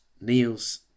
Niels